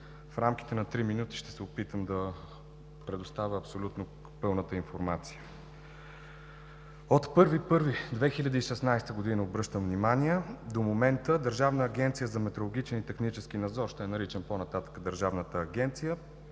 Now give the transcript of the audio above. В рамките на три минути ще се опитам да предоставя абсолютно пълната информация. От 1 януари 2016 г., обръщам внимание, до момента Държавна агенция за метеорологичен и технически надзор, ще я наричам по-нататък Държавната агенция,